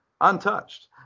untouched